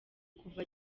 kuva